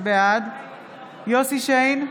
בעד יוסף שיין,